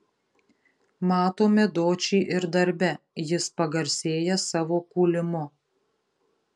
matome dočį ir darbe jis pagarsėja savo kūlimu